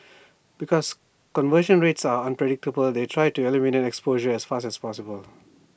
because conversion rates are unpredictable they try to eliminate exposure as fast as possible